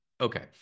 Okay